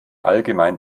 allgemein